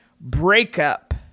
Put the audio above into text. breakup